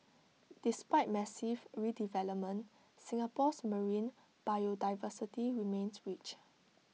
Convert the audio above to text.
despite massive redevelopment Singapore's marine biodiversity remains rich